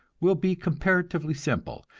will be comparatively simple,